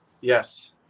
Yes